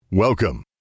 Welcome